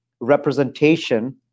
representation